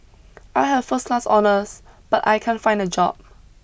I have first class honours but I can't find a job